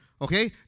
okay